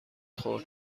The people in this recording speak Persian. خورد